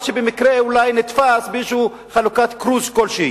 עד שבמקרה אולי נתפס מישהו על חלוקת כרוז כלשהי.